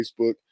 Facebook